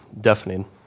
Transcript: deafening